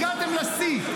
הגעתם לשיא.